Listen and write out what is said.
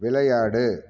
விளையாடு